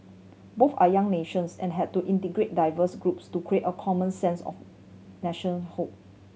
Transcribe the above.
both are young nations and had to integrate diverse groups to create a common sense of nationhood